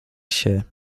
się